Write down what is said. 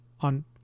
on